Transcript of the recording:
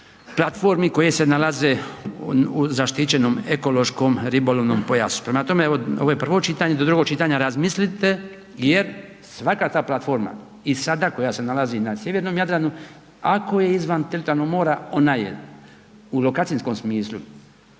platformi koje se nalaze u zaštićenom ekološko-ribolovnoj pojasu. Prema tome, evo ovo je prvo čitanje, do drugog čitanja razmislite jer svaka ta platforma i sada koja se nalazi na sjevernom Jadranu ako je izvan teritorijalnog mora ona je u lokacijskom smislu